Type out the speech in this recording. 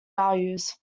values